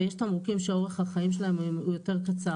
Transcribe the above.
ויש תמרוקים שאורך החיים הוא יותר קצר.